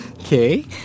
Okay